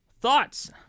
thoughts